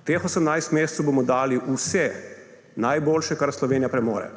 V teh 18 mesecev bomo dali vse najboljše, kar Slovenija premore,